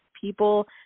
people